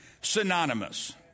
synonymous